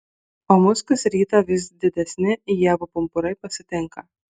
o mus kas rytą vis didesni ievų pumpurai pasitinka